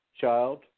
child